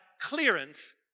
clearance